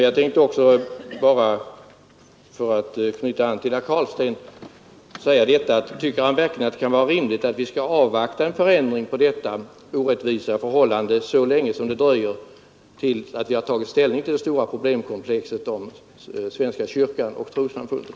Jag tänkte också fråga: Anser herr Carlstein verkligen att det kan vara rimligt att vi skall avvakta en förändring av detta orättvisa förhållande ända till dess att vi tagit ställning till det stora problemkomplexet om svenska kyrkan och de fria trossamfunden?